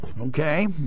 Okay